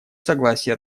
согласие